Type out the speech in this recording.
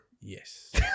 Yes